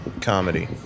comedy